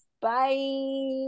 Bye